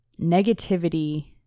negativity